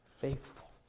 faithful